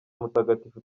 mutagatifu